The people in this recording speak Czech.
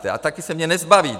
A taky se mě nezbavíte!